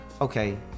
okay